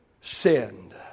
sinned